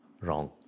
Wrong